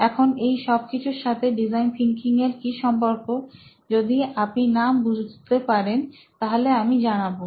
এখন এই সব কিছুর সাথে ডিজাইন থিঙ্কিং এর কি সম্পর্ক যদি আপনি না বুঝতে পারেন তাহলে আমি জানাবো